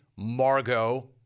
Margot